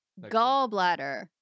gallbladder